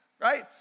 right